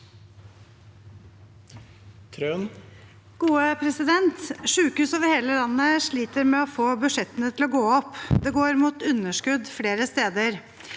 (H) Sykehus over hele landet sliter med å få budsjettene til å gå opp. Det går mot underskudd flere steder.